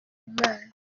imana